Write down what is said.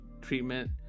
treatment